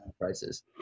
Prices